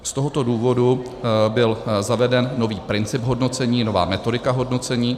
Z tohoto důvodu byl zaveden nový princip hodnocení, nová metodika hodnocení.